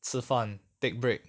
吃饭 take break